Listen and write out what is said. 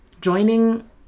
joining